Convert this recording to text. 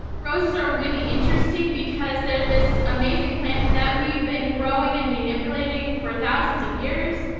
roses are really interesting because they're this amazing plant that we've been growing and manipulating for thousands of years.